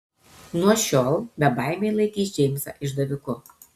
nuo šiol bebaimiai laikys džeimsą išdaviku